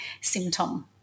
symptom